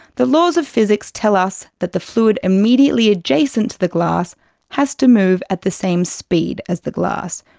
the laws of physics tell us that the fluid immediately adjacent to the glass has to move at the same speed as the glass.